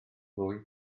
fwy